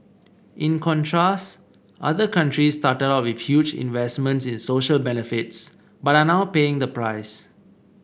in contrast other countries started out with huge investments in social benefits but are now paying the price